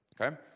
Okay